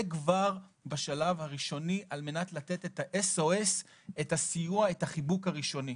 זה בשלב הראשוני על מנת לתת את הסיוע והחיבוק הראשוני.